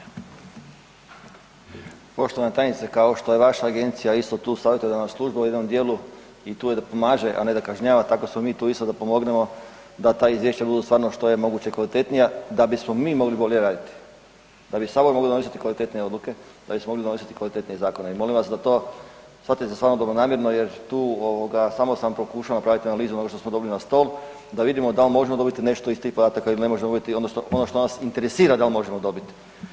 Poštovana tajnice, kao što je vaša Agencija isto tu ... u jednom dijelu, i tu je da pomaže, a ne da kažnjava, tako smo mi tu isto da pomognemo da ta izvješća budu stvarno što je moguće kvalitetnija, da bismo mi mogli bolje raditi, da bi Sabor mogao donositi kvalitetnije odluke, da bismo mogli donositi kvalitetnije zakone i molim vas da to shvatite stvarno dobronamjerno jer tu, samo sam pokušao napraviti analizu ono što smo dobili na stol, da vidimo da li možemo dobiti nešto iz tih podataka ili ne možemo dobiti, odnosno ono što nas interesira da li možemo dobiti.